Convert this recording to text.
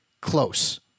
close